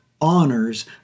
honors